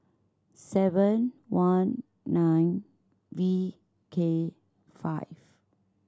seven one nine V K five